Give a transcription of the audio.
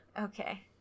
Okay